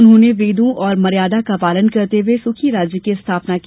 उन्होंने वेदों और मर्यादा का पालन करते हुए सुखी राज्य की स्थापना की